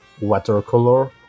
watercolor